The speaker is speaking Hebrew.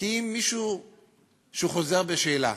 כי אם מישהו שהוא חוזר בשאלה,